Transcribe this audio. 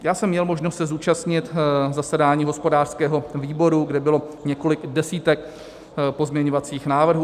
Já jsem měl možnost se zúčastnit zasedání hospodářského výboru, kde bylo diskutováno několik desítek pozměňovacích návrhů.